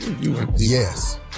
Yes